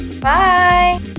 Bye